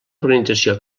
organització